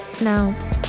Now